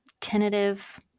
tentative